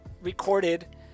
recorded